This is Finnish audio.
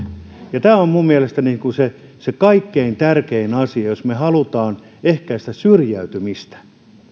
tämä on minun mielestäni se se kaikkein tärkein asia jos me haluamme ehkäistä syrjäytymistä